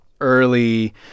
early